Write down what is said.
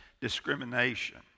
discrimination